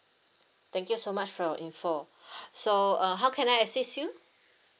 thank you so much for your info okay so uh how can I assist you